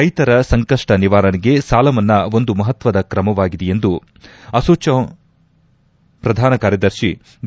ರೈತರ ಸಂಕಷ್ಟ ನಿವಾರಣೆಗೆ ಸಾಲ ಮನ್ನಾ ಒಂದು ಮಷತ್ತದ ಕ್ರಮವಾಗಿದೆ ಎಂದು ಅಸೋಚಾಮ್ ಪ್ರಧಾನ ಕಾರ್ಯದರ್ಶಿ ಬಿ